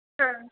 हां